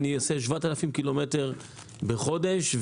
אני נוסע 7,000 קילומטרים בחודש.